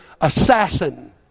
assassin